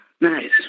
Nice